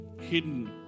hidden